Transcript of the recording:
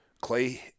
Clay